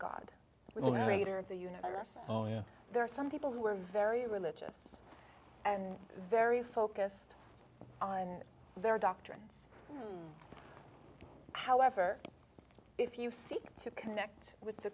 know there are some people who are very religious and very focused on their doctrines however if you seek to connect with the